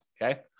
Okay